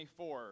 24